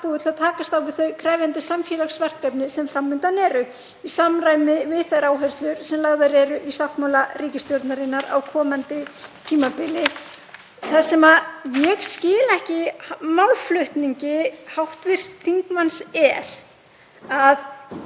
búið til að takast á við þau krefjandi samfélagsverkefni sem fram undan eru í samræmi við þær áherslur sem lagðar eru í sáttmála ríkisstjórnarinnar á komandi tímabili. Það sem ég skil ekki í málflutningi hv. þingmanns er að